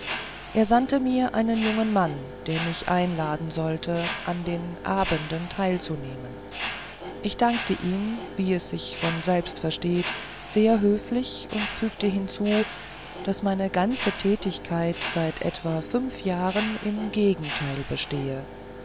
er sandte mir einen jungen mann der mich einladen sollte an den abenden teilzunehmen ich dankte ihm wie es sich von selbst versteht sehr höflich und fügte hinzu daß meine ganze tätigkeit seit etwa fünf jahren im gegenteil bestehe